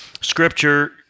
Scripture